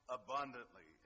abundantly